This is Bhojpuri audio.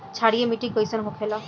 क्षारीय मिट्टी कइसन होखेला?